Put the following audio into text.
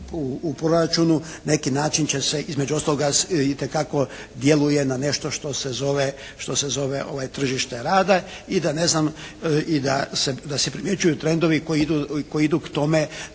u proračunu na neki način će se između ostaloga itekako djeluje na nešto što se zove tržište rada i da ne znam i da se primjećuju trendovi koji idu k tome